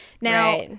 now